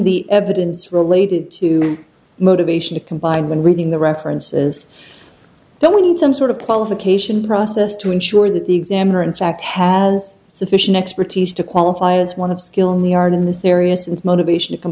the evidence related to motivation to combine when reading the references that we need some sort of qualification process to ensure that the examiner in fact has sufficient expertise to qualify as one of skill new yarn in this area since motivation to com